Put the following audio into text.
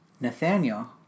Nathaniel